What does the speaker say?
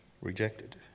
rejected